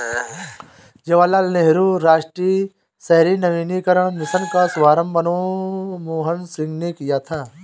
जवाहर लाल नेहरू राष्ट्रीय शहरी नवीकरण मिशन का शुभारम्भ मनमोहन सिंह ने किया था